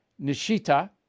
Nishita